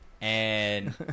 And-